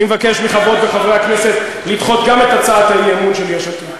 אני מבקש מחברות וחברי הכנסת לדחות גם את הצעת האי-אמון של יש עתיד.